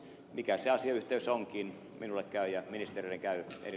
mikä se asiayhteys onkin minulle käy ja niistä mikään ei